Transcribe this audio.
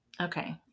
Okay